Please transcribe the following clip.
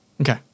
Okay